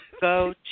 go